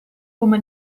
come